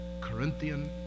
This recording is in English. Corinthian